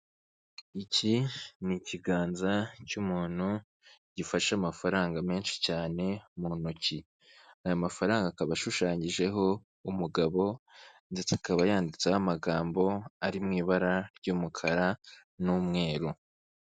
Iki n’ikiganza cy'umuntu gifashe amafaranga menshi cyane mu ntoki, aya mafaranga akaba ashushanyijeho umugabo ndetse akaba yanditseho amagambo ari mu ibara ry'umukara n'umweru.